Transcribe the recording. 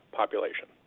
population